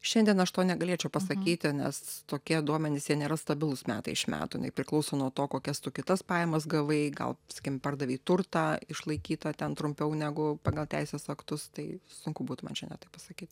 šiandien aš to negalėčiau pasakyti nes tokie duomenys jie nėra stabilūs metai iš metų jinai priklauso nuo to kokias tu kitas pajamas gavai gal sakykim pardavė turtą išlaikytą ten trumpiau negu pagal teisės aktus tai sunku būtų man šiandien tai pasakyt